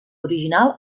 original